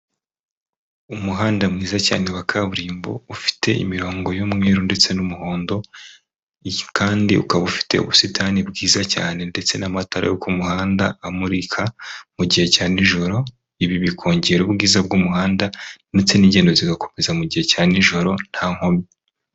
Umuhanda mwiza cyane wa kaburimbo ufite imirongo y'umweruru ndetse n'umuhondo kandi ukaba ufite ubusitani bwiza cyane ndetse n'amatara yo ku muhanda amurika mu gihe cya nijoro, ibi bikongera ubwiza bw'umuhanda ndetse n'ingendo zigakomeza mu gihe cya nijoro nta nkomyi.